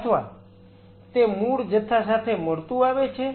અથવા તે મૂળ જથ્થા સાથે મળતું આવે છે